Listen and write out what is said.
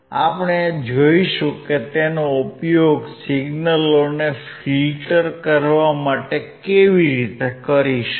આપણે જોઈશું કે તેનો ઉપયોગ સિગ્નલોને ફિલ્ટર કરવા માટે કેવી રીતે કરી શકાય